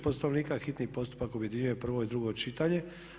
Poslovnika hitni postupak objedinjuje prvo i drugo čitanje.